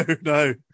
no